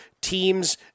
teams